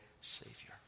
Savior